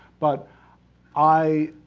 but i,